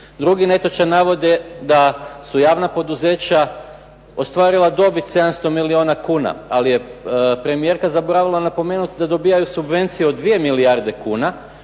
Drugi netočan navod je da su javna poduzeća ostvarila dobit 700 milijuna kuna, ali je premijerka zaboravila napomenut da dobivaju subvencije od 2 milijarde kuna,